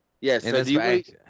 Yes